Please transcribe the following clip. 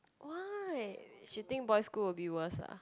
why she think boy school will be worse ah